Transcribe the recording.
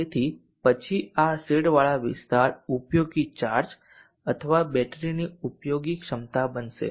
તેથી પછી આ શેડવાળા વિસ્તાર ઉપયોગી ચાર્જ અથવા બેટરીની ઉપયોગી ક્ષમતા બનશે